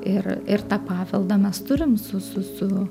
ir ir tą paveldą mes turim su su su